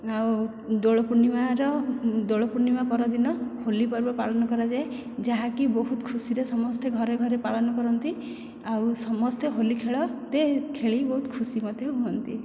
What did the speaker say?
ଆଉ ଦୋଳପୂର୍ଣ୍ଣିମାର ଦୋଳପୂର୍ଣ୍ଣିମା ପରଦିନ ହୋଲି ପର୍ବ ପାଳନ କରାଯାଏ ଯାହାକି ବହୁତ ଖୁସିରେ ସମସ୍ତେ ଘରେ ଘରେ ପାଳନ କରନ୍ତି ଆଉ ସମସ୍ତେ ହୋଲି ଖେଳରେ ଖେଳି ବହୁତ ଖୁସି ମଧ୍ୟ ହୁଅନ୍ତି